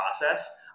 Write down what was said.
process